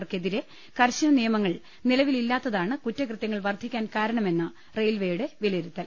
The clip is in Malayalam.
വർക്കെതിരെ കർശന നിയമങ്ങൾ നിലവിലില്ലാത്തതാണ് കുറ്റകൃത്യങ്ങൾ വർദ്ധിക്കാൻ കാരണമെന്നാണ് റെയിൽവെയുടെ വിലയിരുത്തൽ